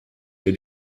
mir